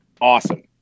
awesome